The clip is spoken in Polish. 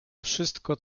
wszystko